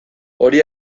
hori